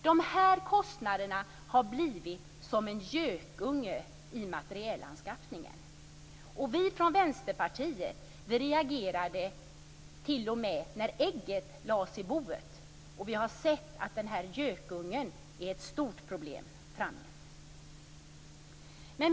De här kostnaderna har blivit som en gökunge i materielanskaffandet, och vi från Vänsterpartiet reagerade t.o.m. när ägget lades i boet. Vi har sett att gökungen är ett stort problem framgent.